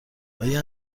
آیا